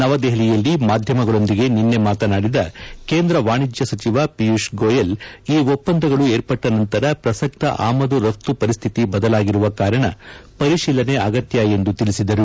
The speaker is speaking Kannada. ನವದೆಹಲಿಯಲ್ಲಿ ಮಾಧ್ಯಮಗಳೊಂದಿಗೆ ನಿನ್ನೆ ಮಾತನಾಡಿದ ಕೇಂದ್ರ ವಾಣಿಜ್ಯ ಸಚಿವ ಪಿಯೂಶ್ ಗೋಯಲ್ ಈ ಒಪ್ಪಂದಗಳು ಏರ್ಪಟ್ನ ನಂತರ ಪ್ರಸಕ್ತ ಆಮದು ರಫ್ನ ಪರಿಸ್ಥಿತಿ ಬದಲಾಗಿರುವ ಕಾರಣ ಪರಿಶೀಲನೆ ಅಗತ್ಯ ಎಂದು ತಿಳಿಸಿದ್ದಾರೆ